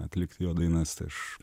atlikti jo dainas tai aš